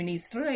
Easter